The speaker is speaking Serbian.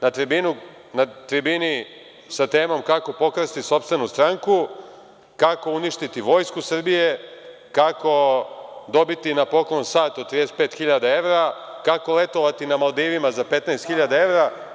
Na tribini sa temom – kako pokrasti sopstvenu stranku, kako uništiti Vojsku Srbije, kako dobiti na poklon sat od 35 hiljada evra, kako letovati na Maldivima za 15 hiljada evra?